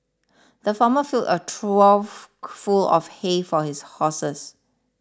the farmer filled a trough full of hay for his horses